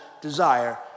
desire